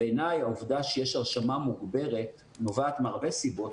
בעיניי העובדה שיש הרשמה מוגברת נובעת מהרבה סיבות,